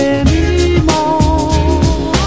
anymore